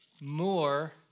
more